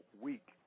week